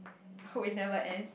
hope it never end